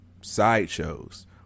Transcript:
sideshows